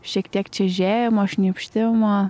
šiek tiek čežėjimo šnypštimo